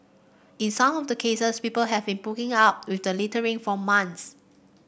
in some of the cases people have been putting up with the littering for months